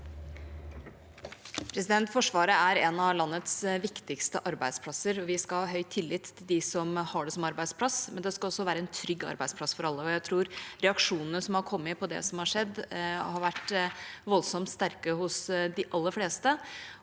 Forsvaret er en av landets viktigste arbeidsplasser. Vi skal ha høy tillit til dem som har det som arbeidsplass, men det skal også være en trygg arbeidsplass for alle. Reaksjonene som har kommet på det som har skjedd, tror jeg har vært voldsomt sterke hos de aller fleste.